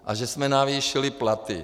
A že jsme navýšili platy.